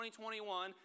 2021